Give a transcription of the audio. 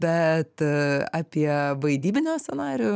bet apie vaidybinio scenarijų